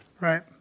Right